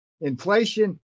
inflation